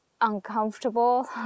uncomfortable